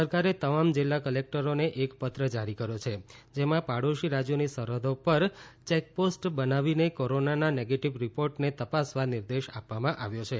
સરકારે તમામ જિલ્લા કલેક્ટરોને એક પત્ર જારી કર્યો છે જેમાં પાડોશી રાજ્યોની સરહદો પર ચેકપોસ્ટ બનાવીને કોરોનાના નેગેટિવ રિપોર્ટને તપાસવા નિર્દેશ આપવામાં આવ્યો છે